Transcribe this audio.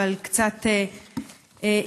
אבל קצת התנערת,